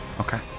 Okay